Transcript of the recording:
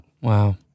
Wow